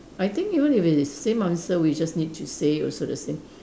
I think even if it's the same answer we just need to say also the same